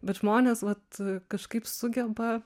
bet žmonės vat kažkaip sugeba